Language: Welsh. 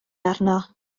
arno